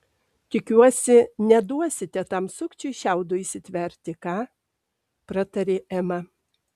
tikiuosi neduosite tam sukčiui šiaudo įsitverti ką pratarė ema